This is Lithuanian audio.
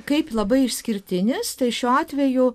kaip labai išskirtinis tai šiuo atveju